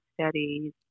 Studies